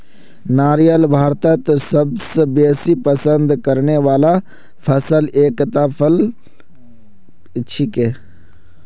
नारियल भारतत सबस बेसी पसंद करने वाला फलत एकता फल छिके